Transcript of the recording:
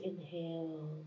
inhale